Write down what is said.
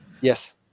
Yes